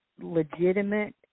legitimate